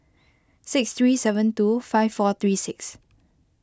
six three seven two five four three six